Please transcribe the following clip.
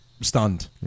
stunned